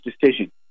decision